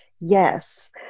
Yes